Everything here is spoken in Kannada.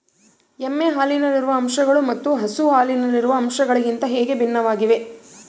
ಎಮ್ಮೆ ಹಾಲಿನಲ್ಲಿರುವ ಅಂಶಗಳು ಮತ್ತು ಹಸು ಹಾಲಿನಲ್ಲಿರುವ ಅಂಶಗಳಿಗಿಂತ ಹೇಗೆ ಭಿನ್ನವಾಗಿವೆ?